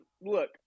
Look